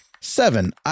Seven